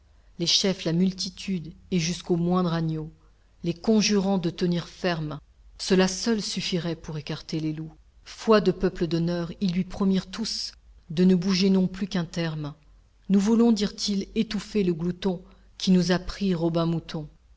les chefs la multitude et jusqu'au moindre agneau les conjurant de tenir ferme cela seul suffirait pour écarter les loups foi de peuple d'honneur ils lui promirent tous de ne bouger non plus qu'un terme nous voulons dirent-ils étouffer le glouton qui nous a pris robin mouton